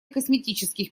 косметических